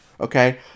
Okay